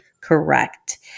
correct